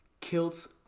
kilts